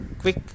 quick